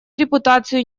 репутацию